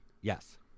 Yes